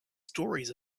stories